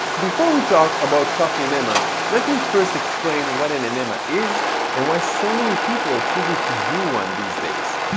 before we talk about coffee enemas, let me first explain what an enama is and why so many people are choosing to do one these days.